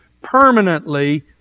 permanently